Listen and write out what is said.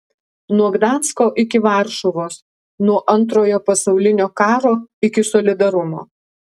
nuo gdansko iki varšuvos nuo antrojo pasaulinio karo iki solidarumo